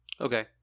Okay